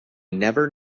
never